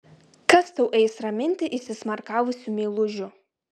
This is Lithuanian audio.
kas tau eis raminti įsismarkavusių meilužių